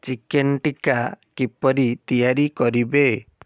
chicken tikka କିପରି ତିଆରି କରିବେ